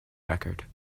record